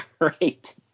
right